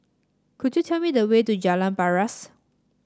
could you tell me the way to Jalan Paras